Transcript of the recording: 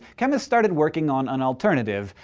chemists started working on an alternative,